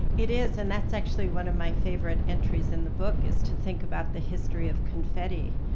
it is. and that's actually one of my favorite entries in the book is to think about the history of confetti,